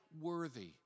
worthy